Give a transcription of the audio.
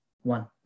One